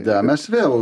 ne mes vėl